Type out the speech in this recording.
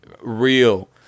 Real